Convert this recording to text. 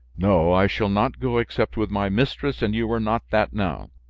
no, i shall not go except with my mistress and you are not that now.